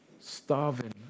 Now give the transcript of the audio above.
starving